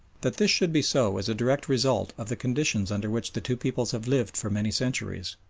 that this should be so is a direct result of the conditions under which the two peoples have lived for many centuries.